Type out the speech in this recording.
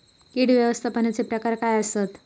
कीड व्यवस्थापनाचे प्रकार काय आसत?